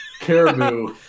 Caribou